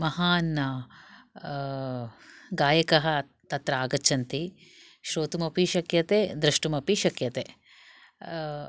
महान् गायकः तत्र आगच्छन्ति श्रोतुमपि शक्यते द्रष्टुमपि शक्यते